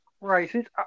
right